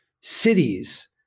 cities